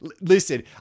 Listen